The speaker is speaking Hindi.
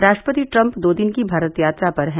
राष्ट्रपति ट्रम्प दो दिन की भारत यात्रा पर हैं